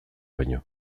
baino